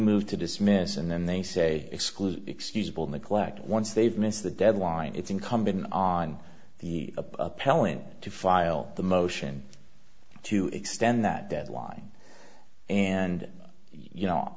move to dismiss and then they say exclude excusable neglect once they've missed the deadline it's incumbent on the appellant to file the motion to extend that deadline and you know